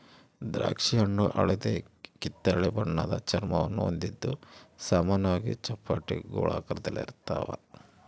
ದ್ರಾಕ್ಷಿಹಣ್ಣು ಹಳದಿಕಿತ್ತಳೆ ಬಣ್ಣದ ಚರ್ಮವನ್ನು ಹೊಂದಿದ್ದು ಸಾಮಾನ್ಯವಾಗಿ ಚಪ್ಪಟೆ ಗೋಳಾಕಾರದಲ್ಲಿರ್ತಾವ